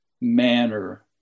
manner